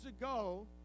ago